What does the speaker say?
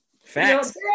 Facts